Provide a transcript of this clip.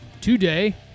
Today